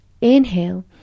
inhale